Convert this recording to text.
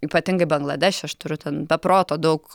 ypatingai bangladeše aš turiu ten be proto daug